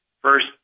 First